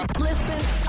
Listen